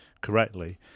correctly